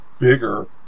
bigger